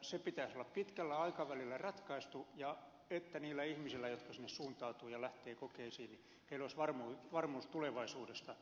se pitäisi olla pitkällä aikavälillä ratkaistu että niillä ihmisillä jotka sinne suuntautuvat ja lähtevät kokeisiin olisi varmuus tulevaisuudesta